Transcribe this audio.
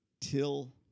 till